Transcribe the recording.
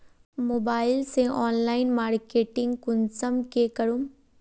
Mobile से online marketing कुंसम के करूम?